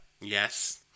Yes